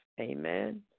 Amen